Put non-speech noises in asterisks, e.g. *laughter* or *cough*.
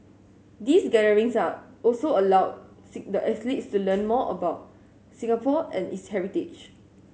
these gatherings are also allow *unintelligible* the athletes to learn more about Singapore and its heritage